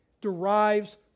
derives